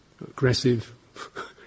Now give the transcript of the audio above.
aggressive